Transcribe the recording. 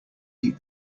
eat